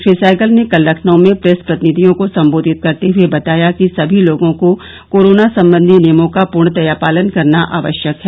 श्री सहगल ने कल लखनऊ में प्रेस प्रतिनिधियों को सम्बोधित करते हुए बताया कि सभी लोगों को कोरोना संबंधी नियमों का पूर्णतया पालन करना आवश्यक है